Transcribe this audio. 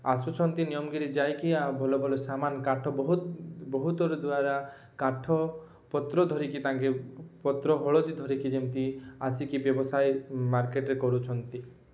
ଆସୁଛନ୍ତି ନିୟମଗିରି ଯାଇକି ଭଲ ଭଲ ସାମାନ କାଠ ବହୁତ ବହୁତର ଦ୍ୱାରା କାଠ ପତ୍ର ଧରିକି ତାଙ୍କେ ପତ୍ର ହଳଦୀ ଧରିକି ଯେମିତି ଆସିକି ବ୍ୟବସାୟ ମାର୍କେଟ୍ରେ କରୁଛନ୍ତି